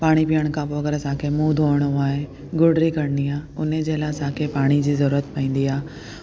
पाणी पीअण खां पोइ अगरि असांखे मूंहुं धोअणो आहे घुरड़ी करणी आहे हुनजे लाइ असांखे पाणी जी ज़रूरत पवंदी आहे